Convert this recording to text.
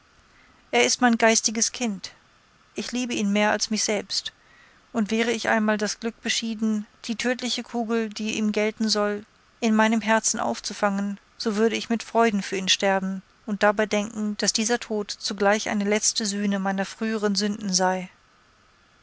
er ist mein geistiges kind ich liebe ihn mehr als mich selbst und wäre mir einmal das glück beschieden die tödliche kugel die ihm gelten soll in meinem herzen aufzufangen so würde ich mit freuden für ihn sterben und dabei denken daß dieser tod zugleich eine letzte sühne meiner früheren sünden sei